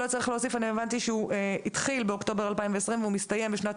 הבנתי שהנוהל התחיל באוקטובר 2020 והוא מסתיים בשנת